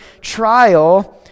trial